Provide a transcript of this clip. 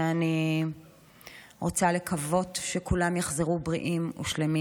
ואני רוצה לקוות שכולם יחזרו בריאים ושלמים.